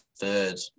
third